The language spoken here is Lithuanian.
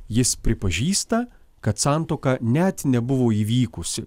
jis pripažįsta kad santuoka net nebuvo įvykusi